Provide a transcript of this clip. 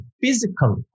physical